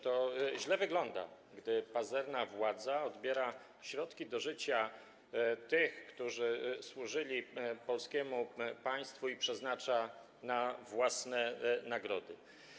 To źle wygląda, gdy pazerna władza odbiera środki do życia tym, którzy służyli polskiemu państwu, i przeznacza je na własne nagrody.